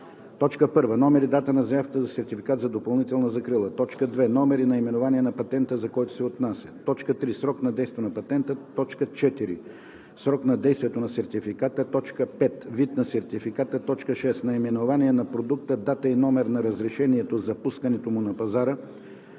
1. номер и дата на заявката за сертификат за допълнителна закрила; 2. номер и наименование на патента, за който се отнася; 3. срок на действие на патента; 4. срок на действие на сертификата; 5. вид на сертификата; 6. наименование на продукта, дата и номер на разрешението за пускането му на пазара;